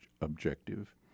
objective